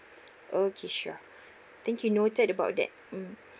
okay sure thank you noted about that mm